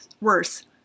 worse